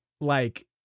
Like-